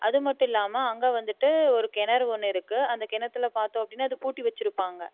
அது மட்டும் இல்லாமல் அங்கே வந்துவிட்டு ஒரு கிணறு ஒன்று இருக்கு அந்த கிணத்துல பார்த்தோம் அப்படின்னா அது பூட்டி வச்சிருப்பாங்க